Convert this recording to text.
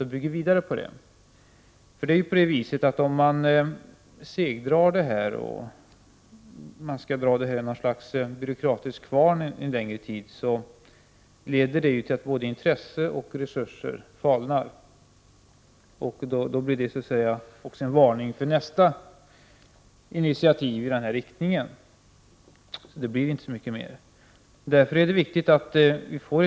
Det gäller att bygga vidare på detta. Om den här frågan segdras eller mals i ett slags byråkratisk kvarn under en längre tid, kommer intresset för dessa saker att falna. Dessutom skulle det få en negativ inverkan när det gäller resurserna. Sedan kan detta uppfattas som en varning för ytterligare initiativ i denna riktning. Då kanske man inte gör så mycket mera i detta avseende.